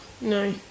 No